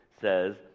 says